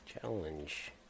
challenge